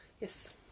Yes